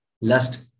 lust